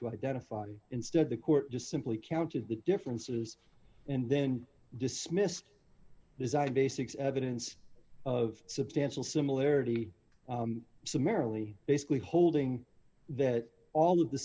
to identify instead the court just simply counted the differences and then dismissed design basics evidence of substantial similarity summarily basically holding that all of the